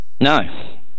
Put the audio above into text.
No